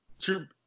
true –